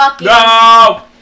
no